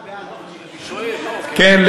כן,